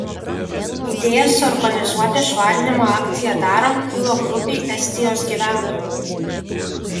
idėja suorganizuoti švarinimo akciją darom kilo grupei estijos gyventojų